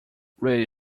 radio